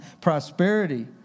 prosperity